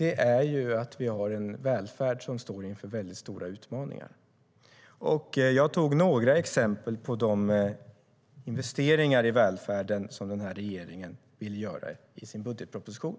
är att vi har en välfärd som står inför väldigt stora utmaningar. Jag tog några exempel på de investeringar i välfärden som den här regeringen ville göra genom sin budgetproposition.